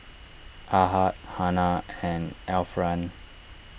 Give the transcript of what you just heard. Ahad Hana and Alfian